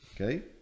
okay